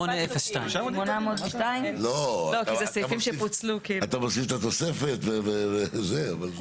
לא, אתה מוסיף את התוספת וזה.